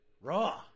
Raw